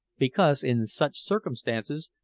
because, in such circumstances,